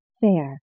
fair